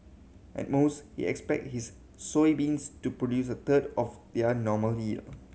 at most he expect s his soybeans to produce a third of their normal yield